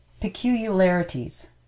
Peculiarities